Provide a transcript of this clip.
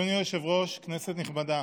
אדוני היושב-ראש, כנסת נכבדה,